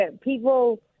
people